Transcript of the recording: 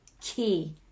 key